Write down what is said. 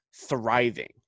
thriving